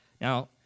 Now